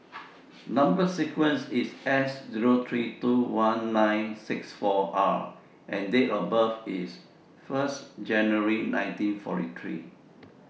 Number sequence IS S Zero three two one nine six four R and Date of birth IS one January nineteen forty three